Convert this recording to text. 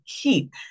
keep